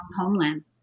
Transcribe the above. homeland